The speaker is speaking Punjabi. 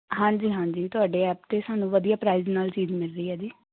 ਹਾਂਜੀ ਹਾਂਜੀ ਤੁਹਾਡੇ ਐਪ 'ਤੇ ਸਾਨੂੰ ਵਧੀਆ ਪ੍ਰਾਈਜ਼ ਨਾਲ ਚੀਜ਼ ਮਿਲ ਰਹੀ ਹੈ ਜੀ